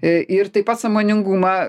ir taip pat sąmoningumą